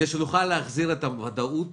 בהתאם להוראות סעיף 106(א)(1)